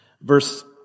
verse